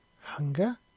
hunger